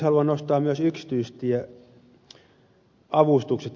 haluan nostaa myös yksityistieavustukset esiin